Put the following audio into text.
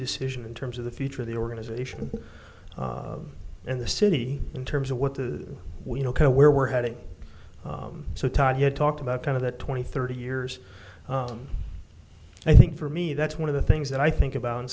decision in terms of the future of the organization and the city in terms of what the you know where we're headed so todd you talked about kind of that twenty thirty years i think for me that's one of the things that i think about and